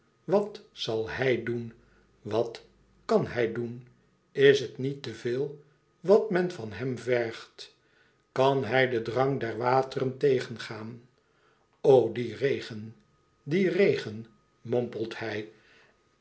wat zal hij doen wat kàn hij doen is het niet te veel wat men van hem vergt kàn hij den drang der wateren tegengaan oh die regen die regen mompelt hij